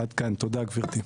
תודה גבירתי.